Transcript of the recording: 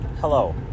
Hello